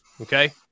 Okay